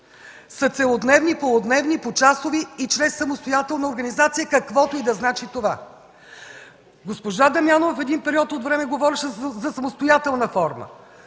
са целодневни, полудневни, почасови и чрез самостоятелна организация, каквото и да значи това. Госпожа Дамянова в един период от време говореше за самостоятелна форма.